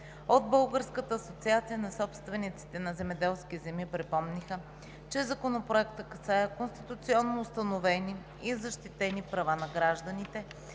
От Българската асоциация на собствениците на земеделски земи припомниха, че Законопроектът касае конституционно установените и защитени права на гражданите,